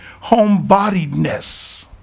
home-bodiedness